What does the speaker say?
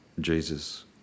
Jesus